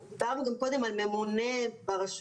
אבל בהחלט נושא שיש כלפיו מודעות הולכת וגוברת במשרד הרווחה.